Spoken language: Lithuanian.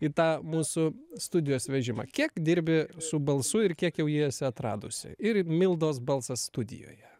į tą mūsų studijos vežimą kiek dirbi su balsu ir kiek jau jį esi atradusi ir mildos balsas studijoje